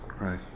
Right